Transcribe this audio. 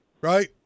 right